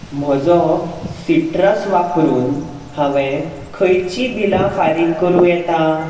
म्हजो सिट्रस वापरून हांवें खंयचीं बिलां फारीक करूं येता